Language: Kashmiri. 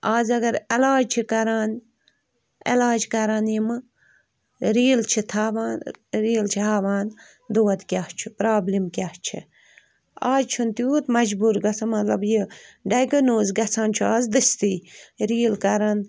اَز اگر علاج چھِ کَران علاج کَران یِمہٕ ریٖلہٕ چھِ تھاوان ریٖل چھِ ہاوان دود کیٛاہ چھُ پرٛابلِم کیٛاہ چھِ اَز چھُنہٕ تیٛوٗت مجبوٗر گژھن مطلب یہِ ڈیگٕنوٗز گَژھان چھُ اَز دٔستی ریٖل کَران